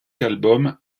albums